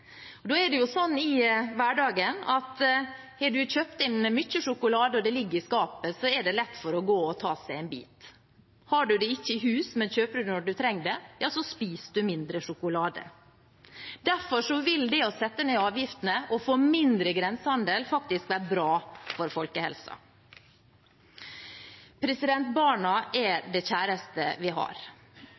kjøpt inn mye sjokolade og den ligger i skapet, er det lett å gå og ta seg en bit. Har man det ikke i hus, men kjøper det når man trenger det, så spiser man mindre sjokolade. Derfor vil det å sette ned avgiftene og få mindre grensehandel faktisk være bra for folkehelsa. Barna er det kjæreste vi har.